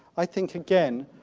i think, again,